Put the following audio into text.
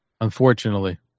Unfortunately